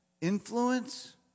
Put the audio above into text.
influence